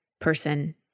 person